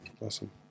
awesome